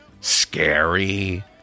scary